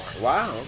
Wow